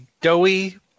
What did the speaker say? doughy